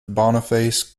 boniface